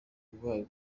barwanyi